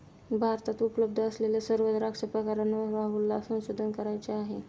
भारतात उपलब्ध असलेल्या सर्व द्राक्ष प्रकारांवर राहुलला संशोधन करायचे आहे